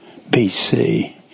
BC